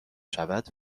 شود